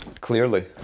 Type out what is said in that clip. clearly